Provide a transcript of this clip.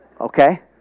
Okay